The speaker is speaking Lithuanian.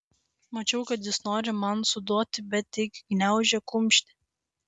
mačiau kad jis nori man suduoti bet tik gniaužė kumštį